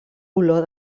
olor